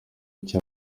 icyo